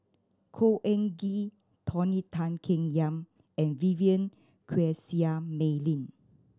Khor Ean Ghee Tony Tan Keng Yam and Vivien Quahe Seah Mei Lin